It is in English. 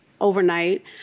overnight